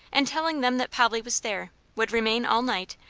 and telling them that polly was there, would remain all night,